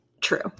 True